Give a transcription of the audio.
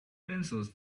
pencils